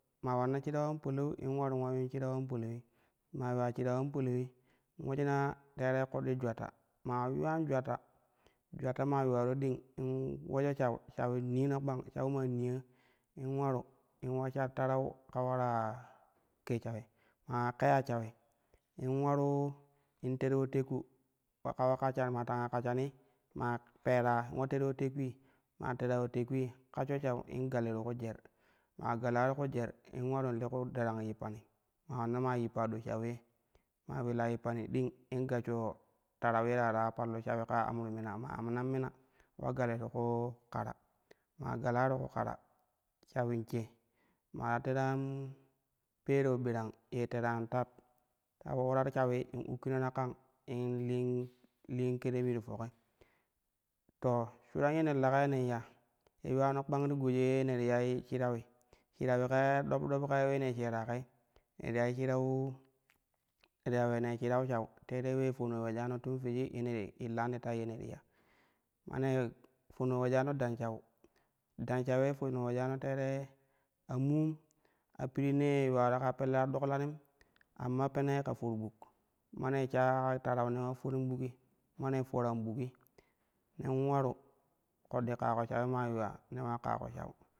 Maa wanna shirau an palau in ularu ula yuun shirau an palauwi, maa yuuru shiru an palaui in ulejina terei koɗɗi julatta ma iya yuulan julatta, julatta maa yuwaro ding in ulejo shau shawin in nina kpang, shau maa niya in ularu in ula shar tarau ka ule ulara ke shawi maa ula keya shawi in ularu in ter po tekku ka ule kashshani maa tanga kashshani maa keka illa ter po tekkui, maa tero po tekkui, in kashsho in gali ti ku jer, maa gala ti kiu jer ularu in ku ɗarau yippani, maa ulanna maa yippa do dhawi maa luila yippa ding in gashsho tarau ye ta ra paulo shawi ka ule amru mina, maa amman mina ula gali ti ku kara maa gala ti ka kara shawin she, maa ta tere an pereu birang ye tere an tata shago ular shawi in ukkina ta kang in liin kerebi ti foki. To shuran ye ne leka nen ya ye yuulano kpang ti goji ye ne ti yai shirauui, shirauwi kaa ɗop dop ka ulene sheera koi ne ti yai shirau, ne ti ya ulena shirau shau terei uleenee fono ulejano tun figi ye ne ti illan tai ye ne ti ya ma nee, fono luejano dan shau, dan shau ye fono luejana teere a mum a pirinne yuwaro kaa pelle a doklanim amma pene ka for buk, mane sha ka tarau nen ula forim bukgi, ma ne fara buk gi nen ularu ƙoɗɗi kako shawi maa yuwa nen ula kako shau.